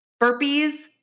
Burpees